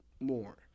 more